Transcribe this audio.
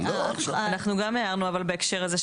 אנחנו גם הערנו בהקשר הזה,